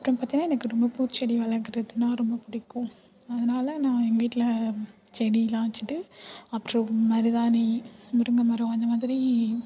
அப்புறோம் பார்த்தின்னா எனக்கு ரொம்ப பூச்செடி வளர்க்குறதுன்னா ரொம்ப பிடிக்கும் அதனால நான் எங்கள் வீட்டில செடியெலாம் வச்சிகிட்டு அப்புறோம் மருதாணி முருங்கைமரம் அந்தமாதிரி